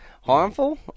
harmful